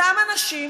אותם אנשים,